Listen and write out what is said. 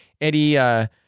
Eddie